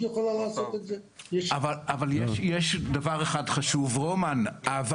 יש את חוק התכנון והבנייה,